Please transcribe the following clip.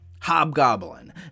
Hobgoblin